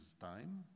time